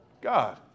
God